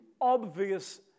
obvious